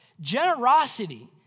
generosity